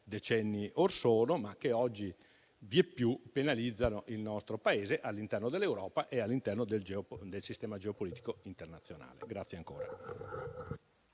decenni fa, ma che oggi vieppiù penalizzano il nostro Paese all'interno dell'Europa e all'interno del sistema geopolitico internazionale. PRESIDENTE.